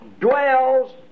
dwells